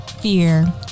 fear